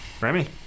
Remy